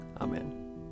Amen